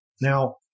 Now